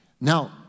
Now